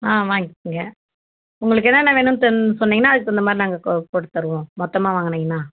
ஆ வாங்கிக்கோங்க உங்களுக்கு என்னென்ன வேணுன்ட்டு சொன்னீங்கன்னா அதுக்கு தகுந்த மாதிரி நாங்கள் கொ போட்டுத் தருவோம் மொத்தமாக வாங்கனீங்கன்னா